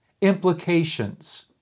implications